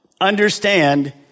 understand